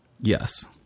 Yes